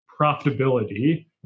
profitability